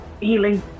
healing